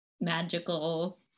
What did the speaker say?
magical